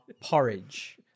porridge